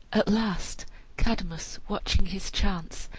at last cadmus, watching his chance,